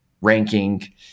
ranking